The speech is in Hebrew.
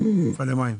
מפעלי מים.